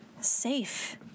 safe